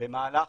במהלך